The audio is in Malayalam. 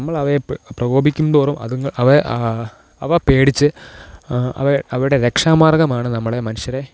നമ്മൾ അവയെ പ്രകോപിപ്പിക്കും തോറും അതുങ്ങള് അവ അവ പേടിച്ച് അവരുടെ രക്ഷാമാര്ഗമാണ് നമ്മുടെ മനുഷ്യരെ